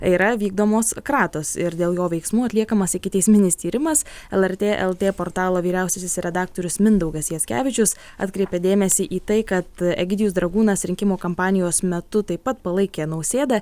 yra vykdomos kratos ir dėl jo veiksmų atliekamas ikiteisminis tyrimas lrt lt portalo vyriausiasis redaktorius mindaugas jackevičius atkreipia dėmesį į tai kad egidijus dragūnas rinkimų kampanijos metu taip pat palaikė nausėdą